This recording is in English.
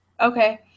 Okay